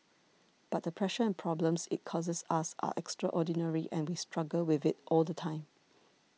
but the pressure and problems it causes us are extraordinary and we struggle with it all the time